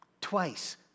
Twice